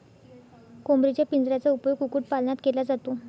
कोंबडीच्या पिंजऱ्याचा उपयोग कुक्कुटपालनात केला जातो